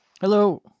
Hello